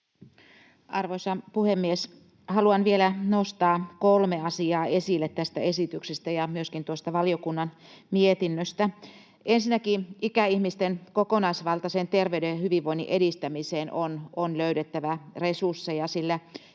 Arvoisa puhemies! Haluan vielä nostaa kolme asiaa esille tästä esityksestä ja myöskin tuosta valiokunnan mietinnöstä. Ensinnäkin ikäihmisten kokonaisvaltaisen terveyden ja hyvinvoinnin edistämiseen on löydettävä resursseja, sillä se on inhimillistä,